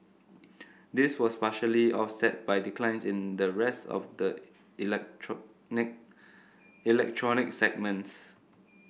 this was partially offset by declines in the rest of the electronic electronic segments